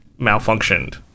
malfunctioned